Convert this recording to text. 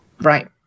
Right